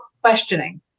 questioning